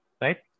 Right